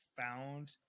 found